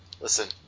Listen